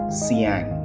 siang.